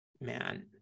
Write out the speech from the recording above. man